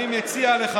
אני מציע לך,